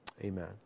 Amen